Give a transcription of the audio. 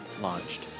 launched